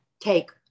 take